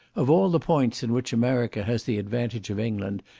of all the points in which america has the advantage of england,